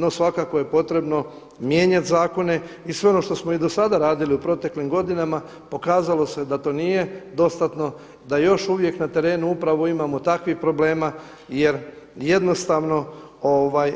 No svakako je potrebno mijenjati zakone i sve ono što smo i do sada radili u proteklim godinama pokazalo se da to nije dostatno, da još uvijek na terenu upravo imamo takvih problema jer jednostavno